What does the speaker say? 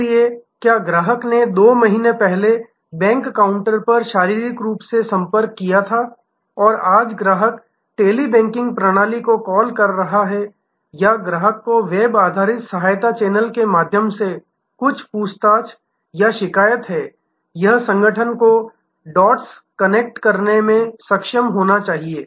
इसलिए क्या ग्राहक ने दो महीने पहले बैंक काउंटर पर शारीरिक रूप से संपर्क किया है और आज ग्राहक टेली बैंकिंग प्रणाली को कॉल कर रहा है या ग्राहक को वेब आधारित सहायता चैनल के माध्यम से कुछ पूछताछ या शिकायत है यह संगठन को डॉट्स कनेक्ट करने में सक्षम होना चाहिए